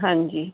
ਹਾਂਜੀ